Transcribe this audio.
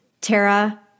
Tara